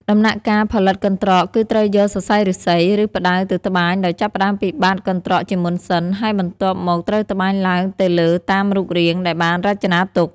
ដំណាក់កាលផលិតកន្ត្រក គឺត្រូវយកសរសៃឫស្សី ឬផ្តៅទៅត្បាញដោយចាប់ផ្តើមពីបាតកន្ត្រកជាមុនសិន ហើយបន្ទាប់មក ត្រូវត្បាញឡើងទៅលើតាមរូបរាងដែលបានរចនាទុក។